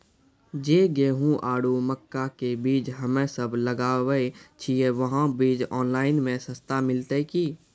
जे गेहूँ आरु मक्का के बीज हमे सब लगावे छिये वहा बीज ऑनलाइन मे सस्ता मिलते की?